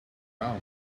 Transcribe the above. down